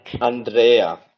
andrea